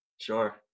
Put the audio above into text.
sure